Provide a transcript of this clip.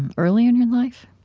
and early in your life?